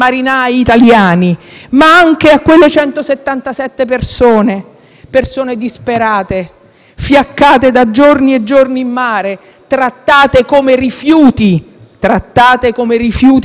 fiaccate da giorni e giorni in mare, trattate come rifiuti da respingere, da un comportamento politico indegno di un Ministro della Repubblica e mi spingo a dire